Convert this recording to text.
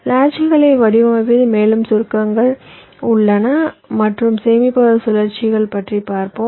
லாட்ச்களைப் வடிவமைப்பதில் மேலும் சுருக்கங்கள் உள்ளன மற்றும் சேமிப்பக சுழற்சிகள் பற்றி பார்ப்போம்